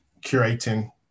curating